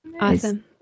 awesome